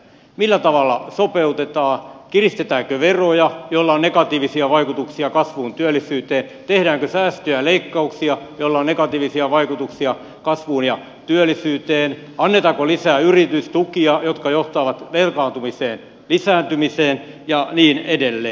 millä tavalla sopeutetaan kiristetäänkö veroja millä on negatiivisia vaikutuksia kasvuun työllisyyteen tehdäänkö säästöjä ja leikkauksia joilla on negatiivisia vaikutuksia kasvuun ja työllisyyteen annetaanko lisää yritystukia jotka johtavat velkaantumisen lisääntymiseen ja niin edelleen